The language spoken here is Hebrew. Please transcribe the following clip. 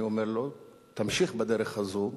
אני אומר לו: תמשיך בדרך הזאת,